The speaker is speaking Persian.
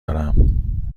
دارم